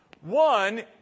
One